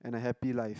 and a happy life